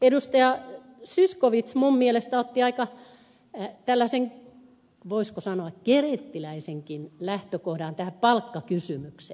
zyskowicz minun mielestäni otti aika voisiko sanoa kerettiläisenkin lähtökohdan palkkakysymykseen